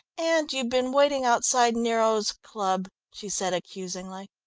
and you've been waiting outside niro's club, she said accusingly.